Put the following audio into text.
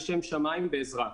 לשם שמיים בעזרה.